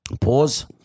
Pause